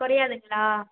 குறையாதுங்களா